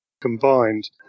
combined